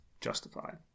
justified